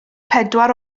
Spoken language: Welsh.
pedwar